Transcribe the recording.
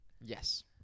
Yes